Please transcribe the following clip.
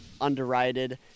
underrated